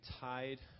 tied